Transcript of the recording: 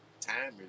time